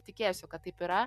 tikėsiu kad taip yra